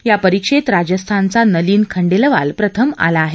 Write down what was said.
या परीक्षेत राजस्थानचा नलिन खंडेलवाल प्रथम आला आहे